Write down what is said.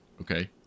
okay